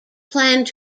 planned